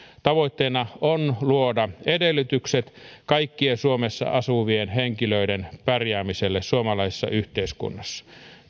tavoitteena on luoda edellytykset kaikkien suomessa asuvien henkilöiden pärjäämiselle suomalaisessa yhteiskunnassa